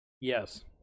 Yes